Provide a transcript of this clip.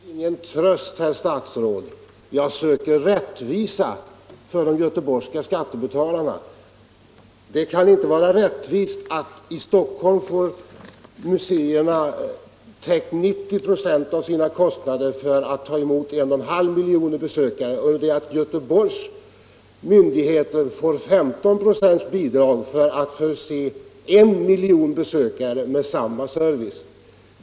Herr talman! Jag söker ingen tröst, herr statsråd, jag söker rättvisa för de göteborgska skattebetalarna. Det kan inte vara rättvist att museerna i Stockholm får 90 24 av sina kostnader täckta för att ta emot 1,5 miljoner för att förse en miljon besökare med samma service.